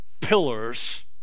pillars